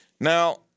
Now